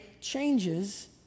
changes